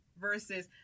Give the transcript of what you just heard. versus